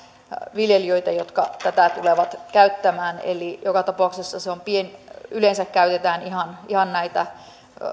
viljelijöitä jotka tätä tulevat käyttämään eli joka tapauksessa se on pieni yleensä käytetään ihan ihan näitä